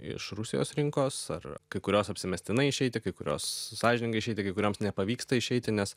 iš rusijos rinkos ar kai kurios apsimestinai išeiti kai kurios sąžiningai išeiti kai kurioms nepavyksta išeiti nes